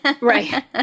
Right